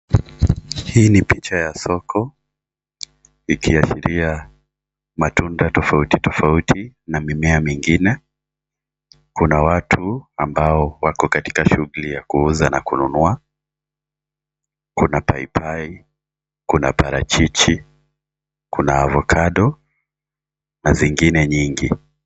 Hii ni picha ya soko, ikiashiria matunda tofauti tofauti na mimea mengine. Kuna watu ambao wako katika shughuli ya kuuza na kununua. Kuna paipai, kuna parachichi, kuna avacado na zingine nyingi.